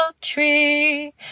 tree